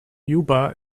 juba